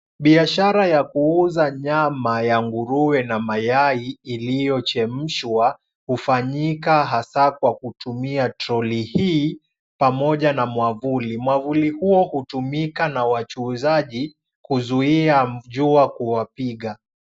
Biashara ya kuuza nyama ya nguruwe na mayai iliyochemshwa, hufanyika hasa kwa kutumia trolley hii pamoja na mwavuli. Mwavuli huo hutumika na wachuuzaji kuzuia jua kuwapiga.